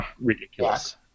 Ridiculous